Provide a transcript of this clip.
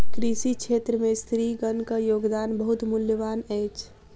कृषि क्षेत्र में स्त्रीगणक योगदान बहुत मूल्यवान अछि